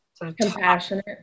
Compassionate